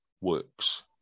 works